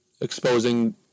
exposing